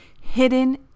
hidden